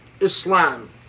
Islam